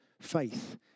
faith